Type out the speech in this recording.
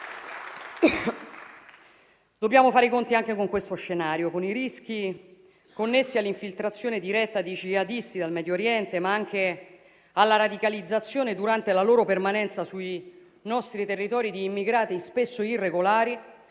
Dobbiamo fare i conti anche con questo scenario, con i rischi connessi all'infiltrazione diretta di jihadisti dal Medio Oriente, ma anche alla radicalizzazione, durante la loro permanenza sui nostri territori, di immigrati spesso irregolari,